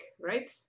right